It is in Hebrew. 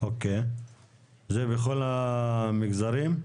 זה בכל המגזרים?